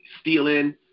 stealing